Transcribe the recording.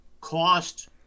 cost